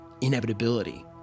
inevitability